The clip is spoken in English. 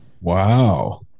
Wow